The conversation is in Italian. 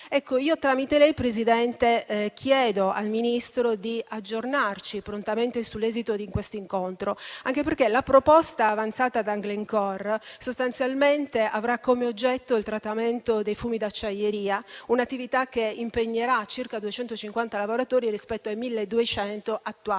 Tramite lei, Presidente, chiedo al Ministro di aggiornarci prontamente sull'esito di questo incontro, anche perché la proposta avanzata da Glencore avrà sostanzialmente come oggetto il trattamento dei fumi di acciaieria, un'attività che impegnerà circa 250 lavoratori rispetto ai 1.200 attuali.